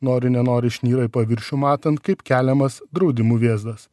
nori nenori išnyra į paviršių matant kaip keliamas draudimų vėzdas